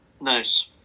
Nice